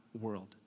world